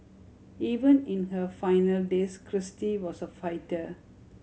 even in her final days Kristie was a fighter